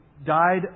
died